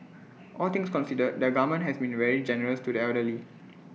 all things considered the government has been the very generous to the elderly